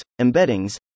embeddings